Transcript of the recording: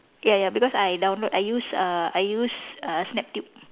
ya ya because I download I use uh I use uh snap tube